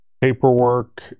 paperwork